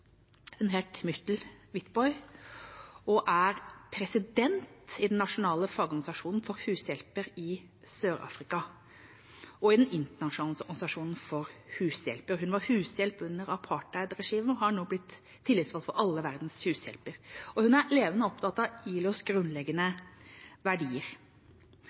den nasjonale fagorganisasjonen for hushjelper i Sør-Afrika og i den internasjonale organisasjonen for hushjelper. Hun var hushjelp under apartheidregimet og har nå blitt tillitsvalgt for alle verdens hushjelper. Hun er levende opptatt av ILOs grunnleggende verdier.